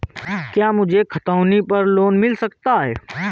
क्या मुझे खतौनी पर लोन मिल सकता है?